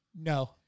no